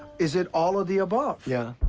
is it all of the above? yeah.